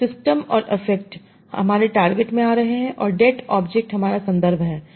तोसिस्टम और अफेक्ट हमारे टारगेट में आ रहे हैं और डेट ऑब्जेक्ट हमारा संदर्भ है